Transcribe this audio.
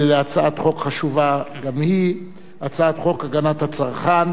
אני קובע שהצעת חוק זכויות נפגעי עבירה (תיקון,